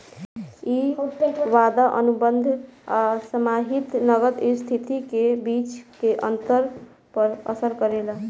इ वादा अनुबंध आ समाहित नगद स्थिति के बीच के अंतर पर असर करेला